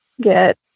get